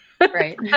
right